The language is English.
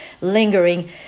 lingering